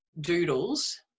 doodles